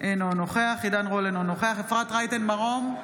אינו נוכח עידן רול, אינו נוכח אפרת רייטן מרום,